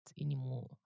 anymore